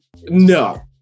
no